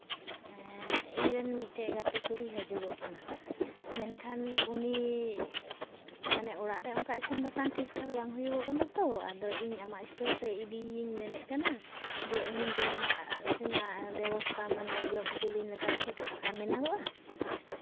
ᱤᱧᱨᱮᱱ ᱢᱤᱫᱴᱮᱡ ᱜᱟᱛᱮ ᱠᱩᱲᱤᱭ ᱦᱟᱡᱩᱜᱚᱜ ᱠᱟᱱᱟ ᱢᱮᱱᱠᱷᱟᱱ ᱩᱱᱤ ᱢᱟᱱᱮ ᱚᱲᱟᱜ ᱨᱮ ᱚᱱᱠᱟ ᱤᱥᱤᱱᱼᱵᱟᱥᱟᱝ ᱴᱷᱤᱠᱼᱴᱷᱟᱠ ᱫᱚ ᱵᱟᱝ ᱦᱩᱭᱩᱜᱚᱜ ᱠᱟᱱᱟ ᱛᱚ ᱟᱫᱚ ᱤᱧ ᱟᱢᱟᱜ ᱮᱥᱴᱳᱨ ᱨᱮ ᱤᱫᱤᱭᱤᱧ ᱢᱮᱱᱮᱫ ᱠᱟᱱᱟ ᱡᱮ ᱟᱹᱞᱤᱧ ᱡᱚᱢᱟᱜ ᱥᱮᱱᱟᱜ ᱵᱮᱵᱚᱥᱛᱟ ᱢᱟᱱᱮ ᱡᱚᱢ ᱚᱪᱚᱞᱤᱧ ᱞᱮᱠᱟ ᱥᱤᱴ ᱯᱷᱟᱸᱠᱟ ᱢᱮᱱᱟᱜᱚᱜᱼᱟ